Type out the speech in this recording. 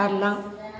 बारलां